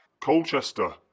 Colchester